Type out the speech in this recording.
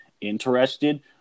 interested